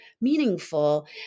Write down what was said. meaningful